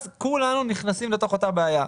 אז כולנו נכנסים לתוך אותה בעיה.